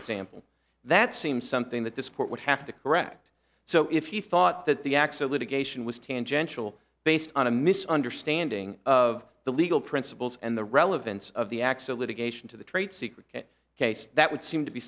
example that seems something that this port would have to correct so if he thought that the acts of litigation was tangential based on a misunderstanding of the legal principles and the relevance of the acts of litigation to the trade secret case that would seem to be